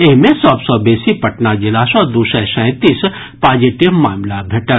एहि मे सभ सँ बेसी पटना जिला सँ दू सय सैतीस पॉजीटिव मामिला भेटल